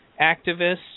activists